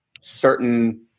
certain